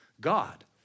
God